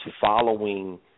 following